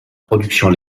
production